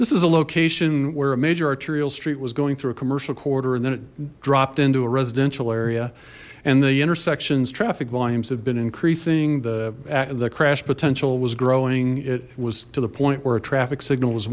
this is a location where a major arterial street was going through a commercial corridor and then it dropped into a residential area and the intersections traffic volumes have been increasing the the crash potential was growing it was to the point where a traffic signal